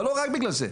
אבל לא רק בגלל זה.